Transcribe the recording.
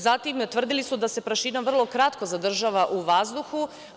Zatim, tvrdili su da se prašina vrlo kratko zadržava u vazduhu.